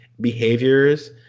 behaviors